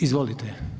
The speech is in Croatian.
Izvolite.